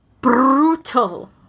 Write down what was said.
brutal